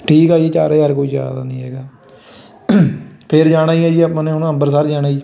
ਠੀਕ ਆ ਜੀ ਚਾਰ ਹਜ਼ਾਰ ਕੋਈ ਜ਼ਿਆਦਾ ਨਹੀਂ ਹੈਗਾ ਫਿਰ ਜਾਣਾ ਹੀ ਹੈ ਜੀ ਆਪਾਂ ਨੇ ਹੁਣ ਅੰਮ੍ਰਿਤਸਰ ਜਾਣਾ ਜੀ